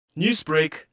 Newsbreak